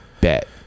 bet